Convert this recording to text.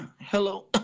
hello